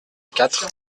quatre